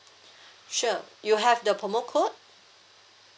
sure you have the promo code